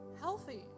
Healthy